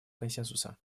консенсуса